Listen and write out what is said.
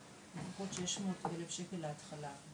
לפחות 600,000 שקל להתחלה.